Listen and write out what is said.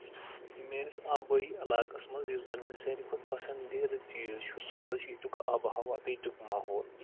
میٲنِس آبٲیی علاقَس منٛز یُس زَن مےٚ ساروی کھۄتہٕ پَسنٛدیٖدٕ چیٖز چھُ سُہ ہسا چھُ ییٚتیُک آبہٕ ہوا تہٕ ییتیُک ماحول